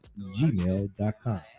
gmail.com